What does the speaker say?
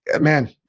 man